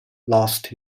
lost